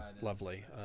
lovely